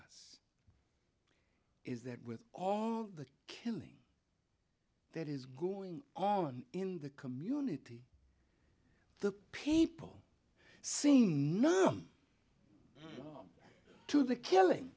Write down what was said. us is that with all the killing that is going on in the community the people seen to the killing